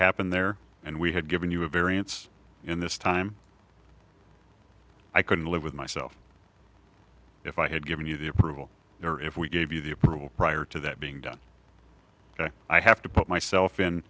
happen there and we had given you a variance in this time i couldn't live with myself if i had given you the approval or if we gave you the approval prior to that being done i have to put myself in